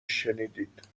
شنیدید